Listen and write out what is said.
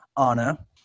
Anna